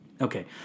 Okay